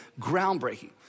groundbreaking